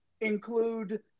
include